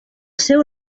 seu